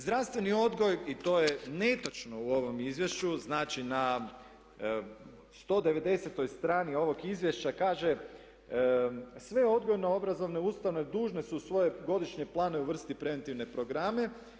Zdravstveni odgoj, i to je netočno u ovom izvješću, znači na 190. strani ovog izvješća kaže "Sve odgojno-obrazovne ustanove dužne su u svoje godišnje planove uvrstiti preventivne programe.